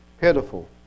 Pitiful